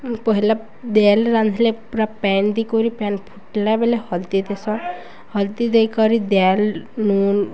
ପହିଲା ଦେଲ ରାନ୍ଧିଲେ ପୁରା ପ୍ୟାନ୍ ଦେଇକରି ପ୍ୟାନ୍ ଫୁଟିଲା ବେଲେ ହଳଦି ଦେଇସନ୍ ହଳଦି ଦେଇକରି ଦେଲ ନୁନ